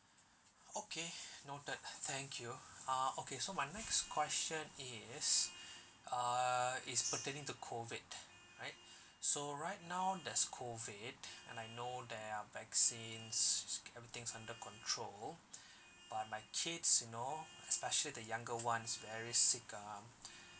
okay noted thank you uh okay so my next question is uh is pertaining to COVID right so right now there's COVID and I know there are vaccines it's looking everything under control but my kids you know especially the younger ones very sick um